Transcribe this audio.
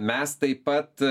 mes taip pat